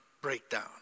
breakdown